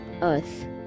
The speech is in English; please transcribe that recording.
earth